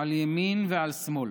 על ימין ועל שמאל: